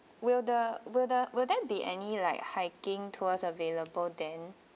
will the will the will there be any like hiking tours available then